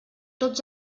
tots